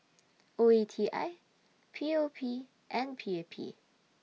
O E T I P O P and P A P